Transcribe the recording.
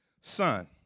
son